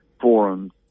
forums